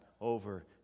over